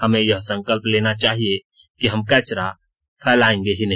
हमें यह संकल्प लेना चाहिए कि हम कचरा फैलाएंगे ही नहीं